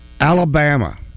Alabama